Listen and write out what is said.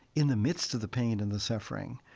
in the midst of the pain and the suffering,